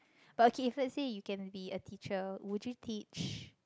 but okay so let's say you can be a teacher would you teach